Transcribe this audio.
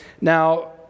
Now